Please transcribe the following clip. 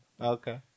Okay